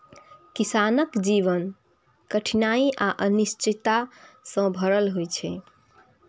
किसानक जीवन कठिनाइ आ अनिश्चितता सं भरल होइ छै